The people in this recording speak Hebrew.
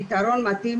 פתרון מתאים